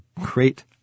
great